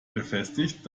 befestigt